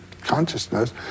consciousness